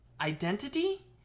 identity